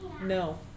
no